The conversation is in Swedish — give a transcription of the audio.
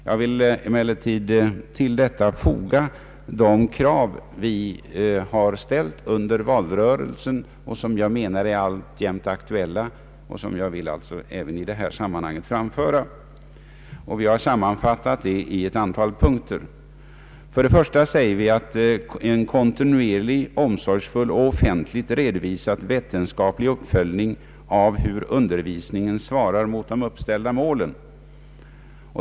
Jag vill emellertid framföra de krav som vi ställde under valrörelsen och som jag alltjämt anser vara aktuella. 1. En kontinuerlig, omsorgsfull och offentligt redovisad vetenskaplig uppföljning av hur undervisningen svarar mot de uppställda målen.